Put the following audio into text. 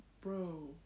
Bro